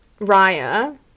Raya